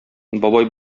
бабай